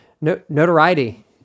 notoriety